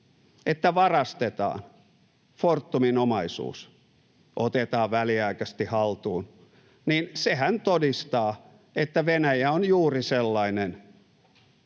— varastetaan Fortumin omaisuus, ”otetaan väliaikaisesti haltuun” — todistaa, että Venäjä on juuri sellainen